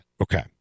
Okay